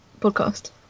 podcast